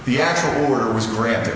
the actual order was granted